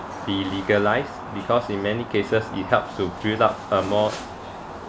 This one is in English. be legalise because in many cases it helps to build up a more